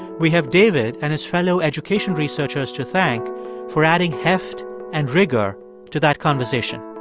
we have david and his fellow education researchers to thank for adding heft and rigor to that conversation